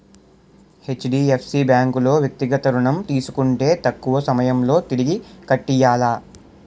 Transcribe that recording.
HDFC bank లో వ్యక్తిగత ఋణం తీసుకుంటే తక్కువ సమయంలో తిరిగి కట్టియ్యాల